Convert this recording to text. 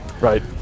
Right